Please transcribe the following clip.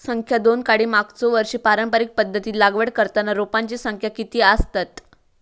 संख्या दोन काडी मागचो वर्षी पारंपरिक पध्दतीत लागवड करताना रोपांची संख्या किती आसतत?